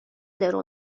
درو